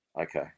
Okay